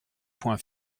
points